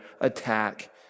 attack